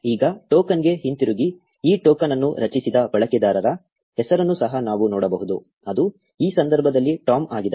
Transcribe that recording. ಈಗ ಟೋಕನ್ಗೆ ಹಿಂತಿರುಗಿ ಈ ಟೋಕನ್ ಅನ್ನು ರಚಿಸಿದ ಬಳಕೆದಾರರ ಹೆಸರನ್ನು ಸಹ ನಾವು ನೋಡಬಹುದು ಅದು ಈ ಸಂದರ್ಭದಲ್ಲಿ ಟಾಮ್ ಆಗಿದೆ